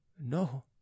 no